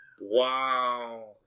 Wow